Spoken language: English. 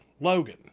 Logan